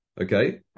Okay